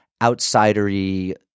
outsidery